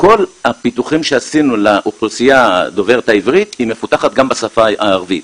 כל הפיתוחים שעשינו לאוכלוסייה דוברת העברית מפותחת גם בשפה הערבית,